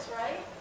right